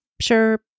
Sure